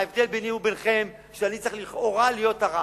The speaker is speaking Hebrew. ההבדל ביני וביניכם זה שאני צריך לכאורה להיות הרע,